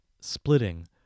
splitting